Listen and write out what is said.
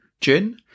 gin